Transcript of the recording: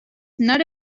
not